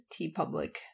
tpublic